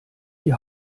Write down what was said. die